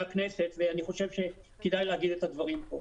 הכנסת אבל אני חושב שכדאי לומר את הדברים כאן.